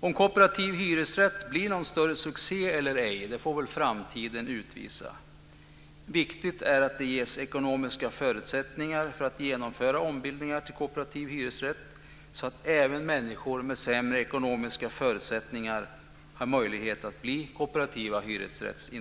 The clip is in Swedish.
Om kooperativ hyresrätt blir någon större succé eller ej får väl framtiden utvisa. Det är viktigt att det ges ekonomiska förutsättningar för att genomföra ombildningar till kooperativ hyresrätt, så att även människor med sämre ekonomiska förutsättningar har möjlighet att bli innehavare av en kooperativ hyresrätt.